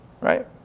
Right